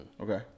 Okay